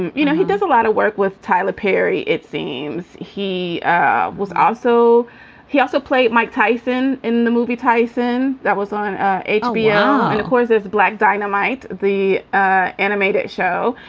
and you know he does a lot of work with tyler perry. it seems he was also he also played mike tyson in the movie tyson that was on ah hbo. yeah and of course there's black dynamite, the ah animated show.